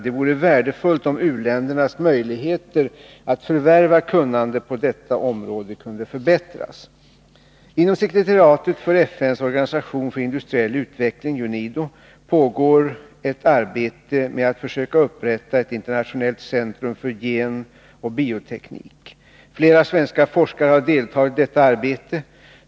Det vore värdefullt, om u-ländernas möjligheter att förvärva kunnande på detta område kunde förbättras. Inom sekretariatet för FN:s organisation för industriell utveckling, UNIDO, pågår ett arbete med att försöka upprätta ett internationellt centrum för genoch bioteknik. Flera svenska forskare har deltagit i detta arbete.